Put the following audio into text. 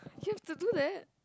you have to do that